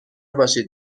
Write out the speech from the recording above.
باشید